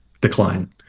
decline